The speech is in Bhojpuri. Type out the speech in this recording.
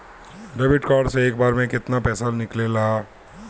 डेबिट कार्ड से एक बार मे केतना पैसा निकले ला?